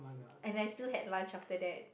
and I still had lunch after that